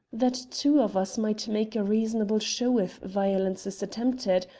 that two of us might make a reasonable show if violence is attempted?